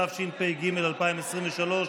התשפ"ג 2023,